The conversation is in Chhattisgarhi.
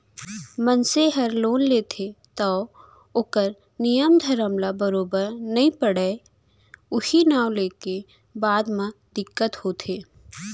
मनसे हर लोन लेथे तौ ओकर नियम धरम ल बरोबर नइ पढ़य उहीं नांव लेके बाद म दिक्कत होथे